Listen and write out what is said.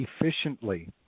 efficiently